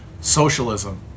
socialism